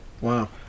Wow